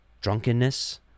drunkenness